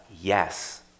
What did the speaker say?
yes